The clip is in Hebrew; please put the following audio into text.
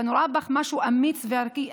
ואני רואה בך משהו אמיץ וערכי.